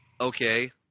Okay